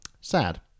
Sad